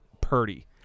Purdy